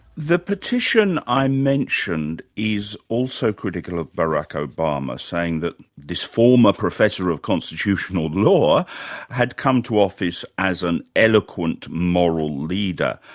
the petition i mentioned is also critical of barack obama, saying that this former professor of constitutional law had come to office as an eloquent moral leader.